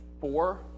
four